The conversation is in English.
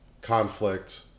conflict